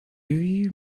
you